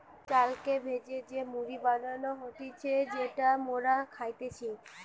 চালকে ভেজে যে মুড়ি বানানো হতিছে যেটা মোরা খাইতেছি